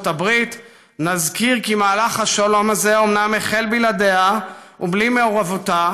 הברית נזכיר כי מהלך השלום הזה החל בלעדיה ובלי מעורבותה,